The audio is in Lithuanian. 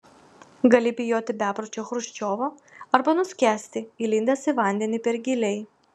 gali bijoti bepročio chruščiovo arba nuskęsti įlindęs į vandenį per giliai